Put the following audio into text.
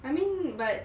I mean but